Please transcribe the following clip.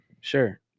Sure